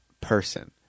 person